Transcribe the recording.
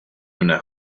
una